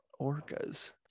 Orcas